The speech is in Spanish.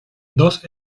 dos